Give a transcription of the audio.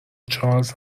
چارلز